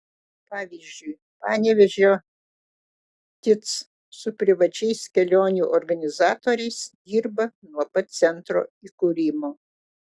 pavyzdžiui panevėžio tic su privačiais kelionių organizatoriais dirba nuo pat centro įkūrimo